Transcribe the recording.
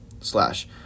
slash